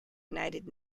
united